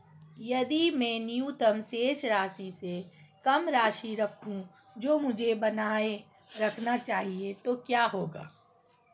यदि मैं न्यूनतम शेष राशि से कम राशि रखूं जो मुझे बनाए रखना चाहिए तो क्या होगा?